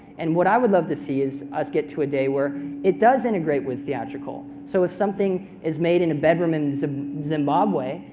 and what i would love to see is us get to a day where it does integrate with theatrical. so if something is made in a bedroom and in zimbabwe,